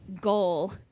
goal